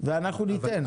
ואנחנו ניתן.